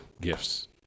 gifts